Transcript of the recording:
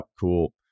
Cool